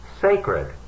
Sacred